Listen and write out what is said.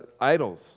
idols